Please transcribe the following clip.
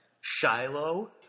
Shiloh